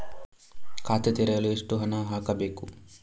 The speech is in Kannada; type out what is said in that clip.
ಖಾತೆ ತೆರೆಯಲು ಎಷ್ಟು ಹಣ ಹಾಕಬೇಕು?